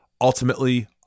Ultimately